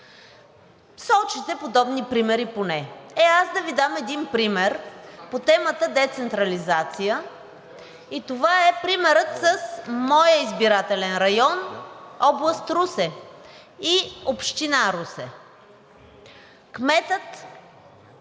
Сочите подобни примери поне. Е, аз да Ви дам един пример по темата „децентрализация“ и това е примерът с моя избирателен район област Русе и община Русе. Кметът